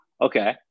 okay